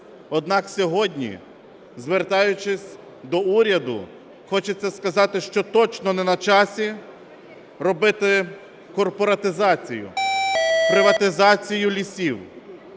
Однак сьогодні, звертаючись до уряду, хочеться сказати, що точно не на часі робити корпоратизацію, приватизацію лісів.